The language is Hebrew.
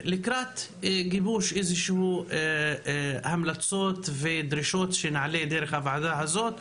אנחנו לקראת גיבוש המלצות ודרישות שנעלה דרך הוועדה הזאת,